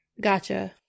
Gotcha